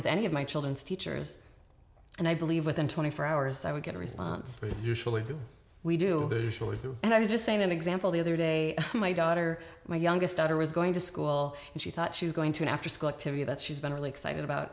with any of my children's teachers and i believe within twenty four hours i would get a response but usually we do a story there and i was just saying in example the other day my daughter my youngest daughter was going to school and she thought she was going to an after school activity that she's been really excited about